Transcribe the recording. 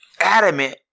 adamant